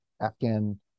Afghan